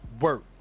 work